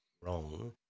wrong